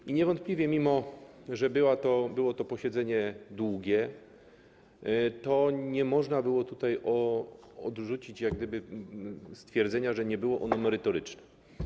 I niewątpliwie, mimo że było to posiedzenie długie, nie można było tutaj odrzucić jak gdyby stwierdzenia, że nie było ono merytoryczne.